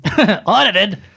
Audited